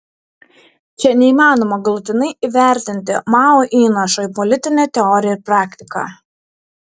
čia neįmanoma galutinai įvertinti mao įnašo į politinę teoriją ir praktiką